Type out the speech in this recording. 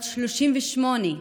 בת 38,